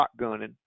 shotgunning